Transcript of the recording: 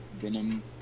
Venom